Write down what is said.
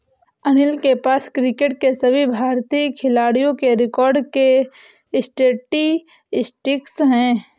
अनिल के पास क्रिकेट के सभी भारतीय खिलाडियों के रिकॉर्ड के स्टेटिस्टिक्स है